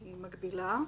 רק לרופא המוסמך,